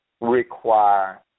require